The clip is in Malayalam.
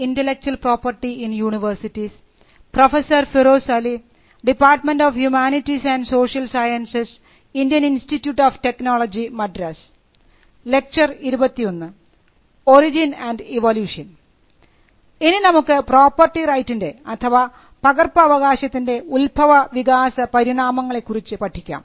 ഇനി നമുക്ക് കോപ്പിറൈറ്റിൻറെ അഥവാ പകർപ്പവകാശത്തിൻറെ ഉത്ഭവ വികാസ പരിണാമങ്ങളെ കുറിച്ച് പഠിക്കാം